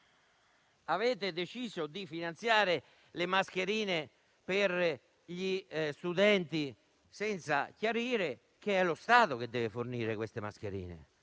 Avete deciso di finanziare le mascherine per gli studenti, senza chiarire che è lo Stato che deve fornirle. Le avete